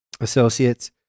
associates